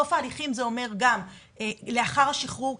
סוף ההליכים זה אומר גם לאחר השחרור,